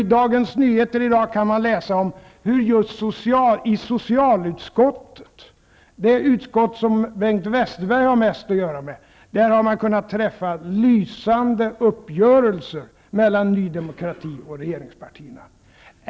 I Dagens Nyheter av i dag kan man läsa om hur man just i socialutskottet -- det utskott som Bengt Westerberg har mest att göra med -- har kunnat träffa lysande uppgörelser mellan Ny demokrati och regeringspartierna.